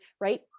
right